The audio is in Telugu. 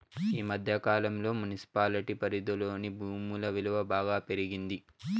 ఈ మధ్య కాలంలో మున్సిపాలిటీ పరిధిలోని భూముల విలువ బాగా పెరిగింది